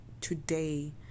today